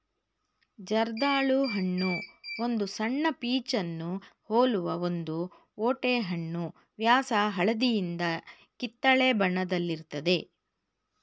ಜರ್ದಾಳು ಹಣ್ಣು ಒಂದು ಸಣ್ಣ ಪೀಚನ್ನು ಹೋಲುವ ಒಂದು ಓಟೆಹಣ್ಣು ವ್ಯಾಸ ಹಳದಿಯಿಂದ ಕಿತ್ತಳೆ ಬಣ್ಣದಲ್ಲಿರ್ತದೆ